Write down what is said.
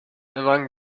among